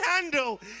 handle